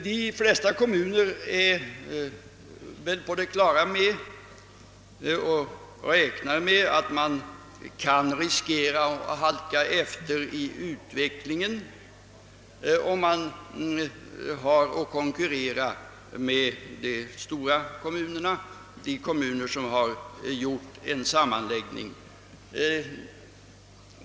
De flesta kommuner är på det klara med att de riskerar att halka efter i utvecklingen om de har att konkurrera med de större kommuner som åstadkommits genom sammanläggningar.